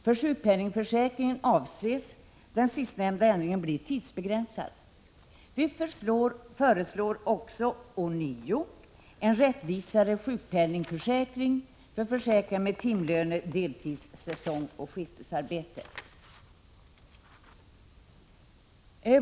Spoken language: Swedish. För sjukpenningförsäkringen avses den sistnämnda ändringen bli tidsbegränsad. Vi föreslår också, ånyo, en rättvisare sjukpenningberäkning för försäkrade med timlöne-, deltids-, säsongsoch skiftarbete.